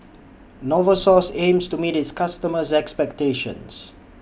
Novosource aims to meet its customers' expectations